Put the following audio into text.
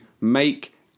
make